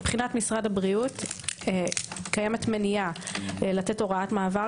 מבחינת משרד הבריאות קיימת מניעה לתת הוראת מעבר